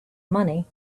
money